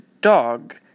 dog